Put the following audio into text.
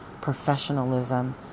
professionalism